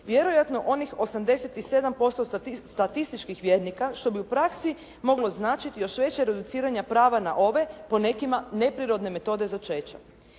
vjerojatno onih 87% statističkih vjernika što bi u praksi moglo značiti još veće reduciranje prava na ove, po nekima neprirodne metode začeća.